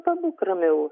pabūk ramiau